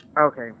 Okay